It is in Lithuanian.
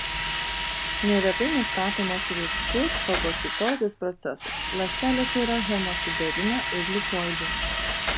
neretai nustatomas ryškus fagocitozės procesas ląstelėse yra hemosiderino ir lipoidų